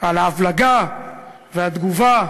על ההבלגה והתגובה,